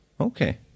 Okay